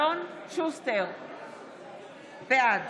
בעד